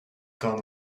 gone